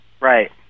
right